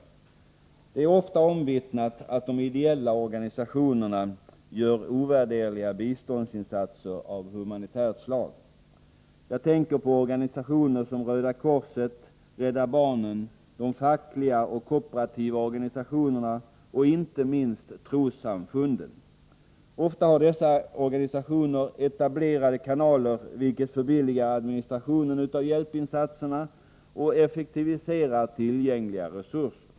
Det är ofta omvittnat att de ideella organisationerna gör ovärderliga biståndsinsatser av humanitärt slag. Jag tänker på organisationer som Röda korset, Rädda barnen, de fackliga och kooperativa organisationerna och inte minst trossamfunden. Ofta har dessa organisationer etablerade kanaler, vilket förbilligar administrationen av hjälpinsatserna och effektiviserar tillgängliga resurser.